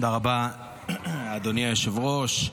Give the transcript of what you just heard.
תודה רבה, אדוני היושב-ראש,